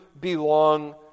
belong